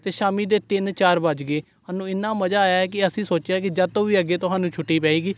ਅਤੇ ਸ਼ਾਮ ਦੇ ਤਿੰਨ ਚਾਰ ਵੱਜ ਗਏ ਸਾਨੂੰ ਇੰਨਾ ਮਜ਼ਾ ਆਇਆ ਕਿ ਅਸੀਂ ਸੋਚਿਆ ਕਿ ਜਦ ਤੋਂ ਵੀ ਅੱਗੇ ਸਾਨੂੰ ਛੁੱਟੀ ਪਵੇਗੀ